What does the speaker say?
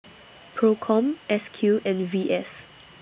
PROCOM S Q and V S